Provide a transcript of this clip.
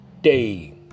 day